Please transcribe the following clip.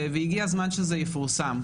והגיע הזמן שזה יפורסם.